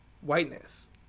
whiteness